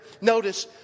Notice